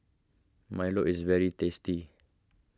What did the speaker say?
Milo is very tasty